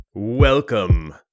Welcome